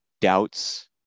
doubts